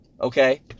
Okay